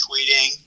tweeting